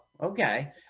okay